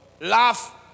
laugh